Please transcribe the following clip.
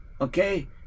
okay